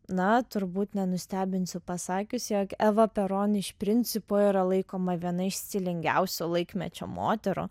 na turbūt nenustebinsiu pasakiusi jog eva peron iš principo yra laikoma viena iš stilingiausių laikmečio moterų